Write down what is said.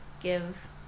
give